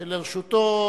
שלרשותו,